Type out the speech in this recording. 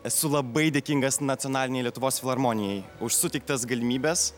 esu labai dėkingas nacionalinei lietuvos filharmonijai už suteiktas galimybes